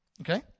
Okay